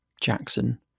Jackson